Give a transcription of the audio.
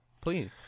please